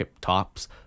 tops